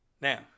Now